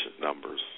numbers